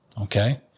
Okay